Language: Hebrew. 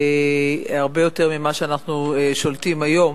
הרבה יותר ממה שאנחנו שולטים היום,